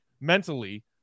mentally